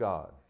God